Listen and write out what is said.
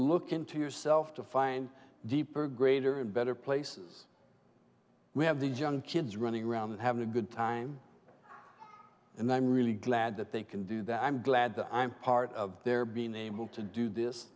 look into yourself to find deeper greater and better places we have these young kids running around and having a good time and i'm really glad that they can do that i'm glad that i'm part of their being able to do this